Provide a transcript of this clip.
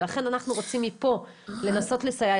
ולכן אנחנו רוצים מפה לנסות לסייע.